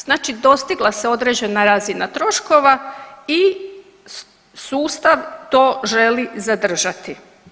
Znači dostigla se određena razina troškova i sustav to želi zadržati.